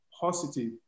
positive